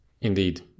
Indeed